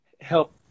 help